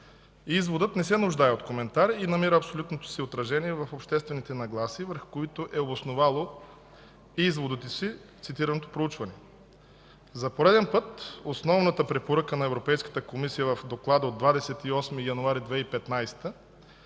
Изводът не се нуждае от коментар и намира абсолютното си отражение в обществените нагласи, върху които е основало изводите си цитираното проучване. За пореден път основната препоръка на Европейската комисия в Доклада от 28 януари 2015